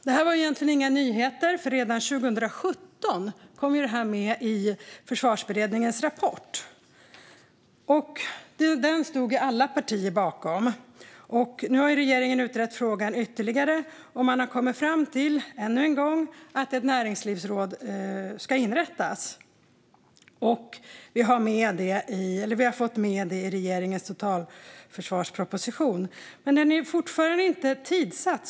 Detta var egentligen inga nyheter, för redan 2017 kom det med i Försvarsberedningens rapport. Den stod alla partier bakom. Nu har regeringen utrett frågan ytterligare, och man har - ännu en gång - kommit fram till att ett näringslivsråd ska inrättas. Vi har fått med det i regeringens totalförsvarsproposition. Men detta är fortfarande inte tidsatt.